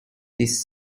this